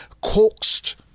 coaxed